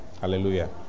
Hallelujah